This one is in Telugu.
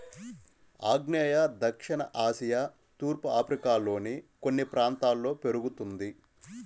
ఆగ్నేయ దక్షిణ ఆసియా తూర్పు ఆఫ్రికాలోని కొన్ని ప్రాంతాల్లో పెరుగుతుంది